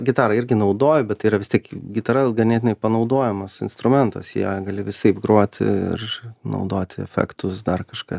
gitarą irgi naudoju bet vis tiek gitara ganėtinai panaudojamas instrumentas ja gali visaip groti ir naudoti efektus dar kažką